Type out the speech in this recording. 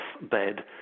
bed